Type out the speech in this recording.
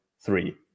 three